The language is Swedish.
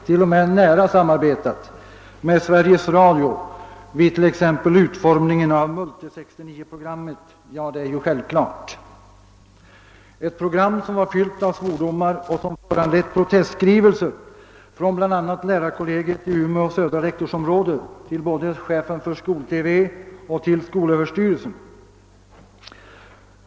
0. m. nära samarbetat, med Sveriges Radio vid t.ex. utformningen av Multi-69-programmet — ett program fyllt av svordomar och som föranlett protestskrivelse från bl a. lärarkollegiet i Umeå södra rektorsområde både till chefen för skol-TV och till skolöverstyrelsen!